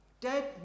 Dead